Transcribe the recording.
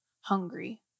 hungry